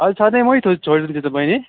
हजुर सधैँ मै दुध छोडिदिन्छु त बहिनी